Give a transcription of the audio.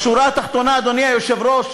בשורה התחתונה, אדוני היושב-ראש,